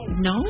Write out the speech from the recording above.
No